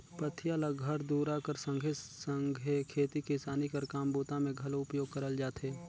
पथिया ल घर दूरा कर संघे सघे खेती किसानी कर काम बूता मे घलो उपयोग करल जाथे